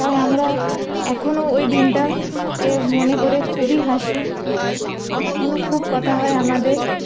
তাই আমরা এখনো ওই দিনটাকে মনে করে খুবই হাসি এখনো খুব কথা হয় আমাদের